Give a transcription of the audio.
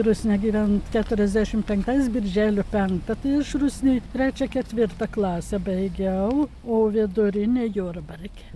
rusnę gyvent keturiasdešim penktais birželio penktą tai aš rusnėj trečią ketvirtą klasę baigiau o vidurinę jurbarke